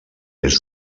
est